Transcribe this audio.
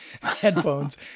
headphones